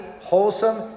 wholesome